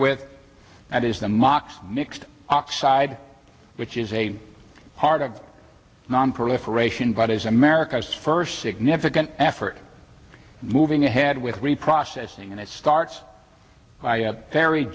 with that is the mox mixed oxide which is a part of nonproliferation but is america's first significant effort moving ahead with reprocessing and it starts ver